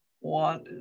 want